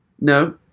no